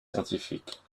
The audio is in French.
scientifiques